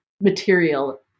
material